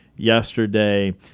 yesterday